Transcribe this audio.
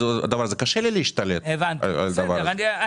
קשה לי להשתלט על הדבר הזה.